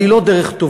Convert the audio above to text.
אבל היא לא דרך טובה,